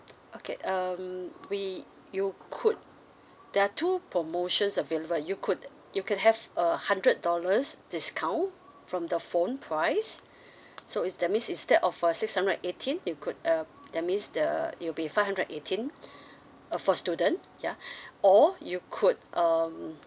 okay um we you could there are two promotions available you could you could have a hundred dollars discount from the phone price so is that means instead of uh six hundred and eighteen you could uh that means the it'll be five hundred eighteen uh for student ya or you could um